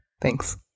thanks